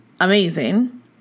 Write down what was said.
amazing